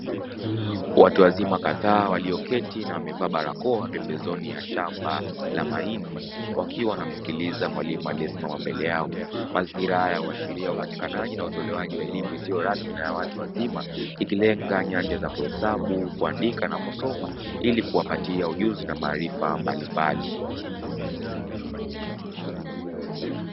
Watu wazima kadhaa waliyoketi na wamevaa barakoa pembezoni ya shamba la mahindi wakiwa wanamsikiliza mwalimu aliyesimama mbele yao. Mazingira haya huashiria upatikanaji na utolewaji wa elimu isiyo rasmi na ya watu wazima ikilenga nyanja za kuhesabu, kuandika na kusoma ili kuwapatia ujuzi na maarifa mbalimbali.